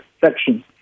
section